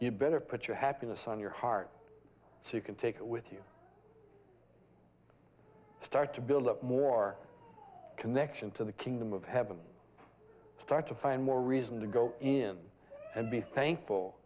you better put your happiness on your heart so you can take it with you start to build up more connection to the kingdom of heaven start to find more reason to go in and be thankful